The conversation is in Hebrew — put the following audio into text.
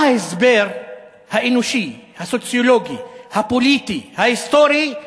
מה ההסבר האנושי, הסוציולוגי, הפוליטי, ההיסטורי,